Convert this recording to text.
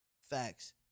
Facts